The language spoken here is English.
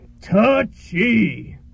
Touchy